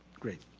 great,